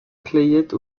clayette